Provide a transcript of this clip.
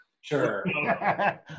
Sure